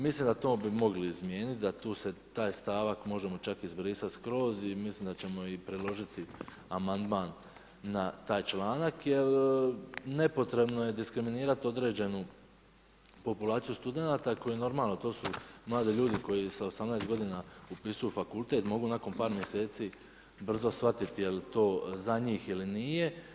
Mislim da to bi mogli izmijenit, da tu se taj stavak možemo čak izbrisat skroz i mislim da ćemo predložiti amandman na taj članak jer nepotrebno je diskriminirat određenu populaciju studenata koji normalno, to su mladi ljudi koji sa 18 godina upisuju fakultet, mogu nakon par mjeseci brzo shvatit jer to za njih ili nije.